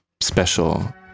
special